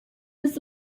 ins